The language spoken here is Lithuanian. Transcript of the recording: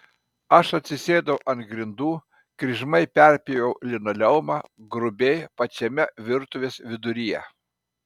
aš atsisėdau ant grindų kryžmai perpjoviau linoleumą grubiai pačiame virtuvės viduryje